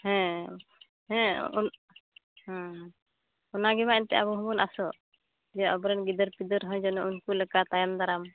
ᱦᱮᱸ ᱦᱮᱸ ᱦᱮᱸ ᱚᱱᱟᱜᱮ ᱢᱟ ᱮᱱᱛᱮ ᱟᱵᱚᱦᱚᱸ ᱵᱚᱱ ᱟᱥᱚᱜ ᱡᱮ ᱟᱵᱚᱨᱮᱱ ᱜᱤᱫᱟᱹᱨ ᱯᱤᱫᱟᱹᱨ ᱦᱚᱸ ᱡᱮᱱᱚ ᱩᱱᱠᱩ ᱞᱮᱠᱟ ᱛᱟᱭᱚᱢ ᱫᱟᱨᱟᱢ